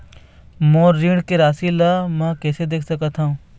मोर ऋण के राशि ला म कैसे देख सकत हव?